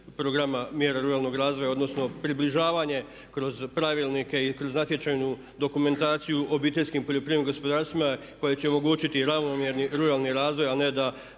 programa mjera ruralnog razvoja odnosno približavanje kroz pravilnike i kroz natječajnu dokumentaciju OPG-ima koje će omogućiti ravnomjerni ruralni razvoj a ne da